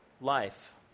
life